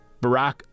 Barack